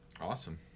Awesome